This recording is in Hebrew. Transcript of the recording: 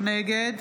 נגד